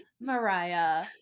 Mariah